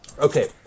Okay